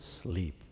sleep